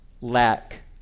lack